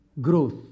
growth